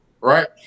right